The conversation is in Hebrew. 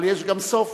אבל יש גם סוף,